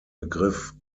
begriff